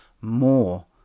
More